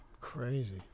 Crazy